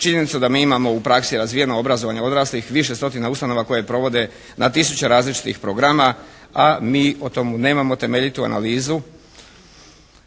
Činjenica da mi imamo u praksi razvijeno obrazovanje odraslih više stotina ustanova koje provode na tisuće različitih programa, a mi o tome nemamo temeljitu analizu.